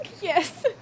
yes